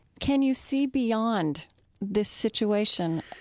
can you see beyond this situation?